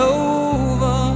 over